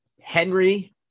Henry